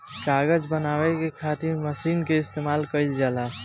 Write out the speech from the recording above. कागज बनावे के खातिर मशीन के इस्तमाल कईल जाला